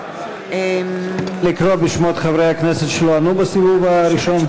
בעד לקרוא בשמות חברי הכנסת שלא ענו בסיבוב הראשון?